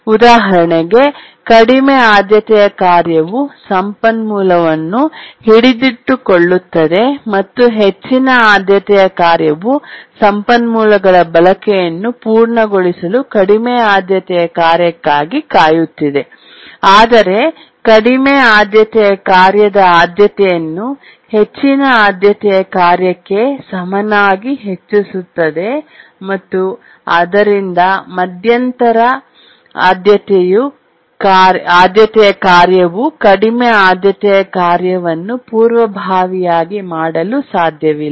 ಉದಾಹರಣೆಗೆ ಕಡಿಮೆ ಆದ್ಯತೆಯ ಕಾರ್ಯವು ಸಂಪನ್ಮೂಲವನ್ನು ಹಿಡಿದಿಟ್ಟುಕೊಳ್ಳುತ್ತದೆ ಮತ್ತು ಹೆಚ್ಚಿನ ಆದ್ಯತೆಯ ಕಾರ್ಯವು ಸಂಪನ್ಮೂಲಗಳ ಬಳಕೆಯನ್ನು ಪೂರ್ಣಗೊಳಿಸಲು ಕಡಿಮೆ ಆದ್ಯತೆಯ ಕಾರ್ಯಕ್ಕಾಗಿ ಕಾಯುತ್ತಿದೆ ಆದರೆ ಕಡಿಮೆ ಆದ್ಯತೆಯ ಕಾರ್ಯದ ಆದ್ಯತೆಯನ್ನು ಹೆಚ್ಚಿನ ಆದ್ಯತೆಯ ಕಾರ್ಯಕ್ಕೆ ಸಮನಾಗಿ ಹೆಚ್ಚಿಸುತ್ತದೆ ಮತ್ತು ಆದ್ದರಿಂದ ಮಧ್ಯಂತರ ಆದ್ಯತೆಯ ಕಾರ್ಯವು ಕಡಿಮೆ ಆದ್ಯತೆಯ ಕಾರ್ಯವನ್ನು ಪೂರ್ವಭಾವಿಯಾಗಿ ಮಾಡಲು ಸಾಧ್ಯವಿಲ್ಲ